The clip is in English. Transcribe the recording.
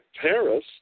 Paris